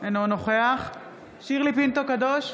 אינו נוכח שירלי פינטו קדוש,